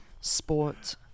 Sport